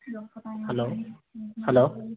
hello hello